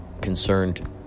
concerned